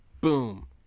Boom